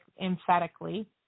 emphatically